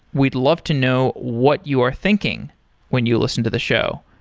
we'd love to know what you are thinking when you listen to the show.